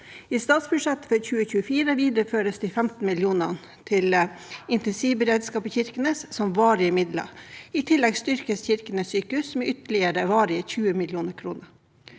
I statsbudsjettet for 2024 videreføres de 15 millionene til intensivberedskap i Kirkenes som varige midler. I tillegg styrkes Kirkenes sykehus med ytterligere 20 mill. kr